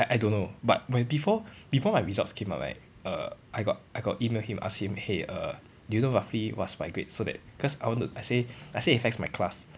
I I don't know but when before before my results came out right err I got I got email him ask him hey err do you know roughly what's my grades so that cause I wanted to I say I say it affects my class